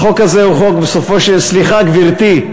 החוק הזה הוא חוק, בסופו, סליחה, גברתי,